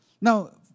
Now